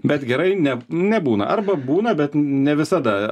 bet gerai ne nebūna arba būna bet ne visada